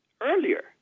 earlier